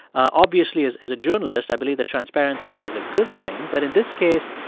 obviously, as as a journalist, i believe that transparency is a good thing. but in this case,